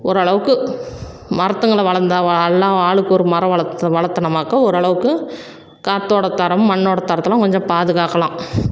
ஓரளவுக்கு மரத்துங்களை வளர்ந்தா வ அல்லாம் ஆளுக்கொரு மரம் வளர்த் வளர்த்துனோம்னாக்கா ஓரளவுக்கு காற்றோட தரமும் மண்ணோட தரத்தைலாம் கொஞ்சம் பாதுகாக்கலாம்